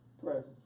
presence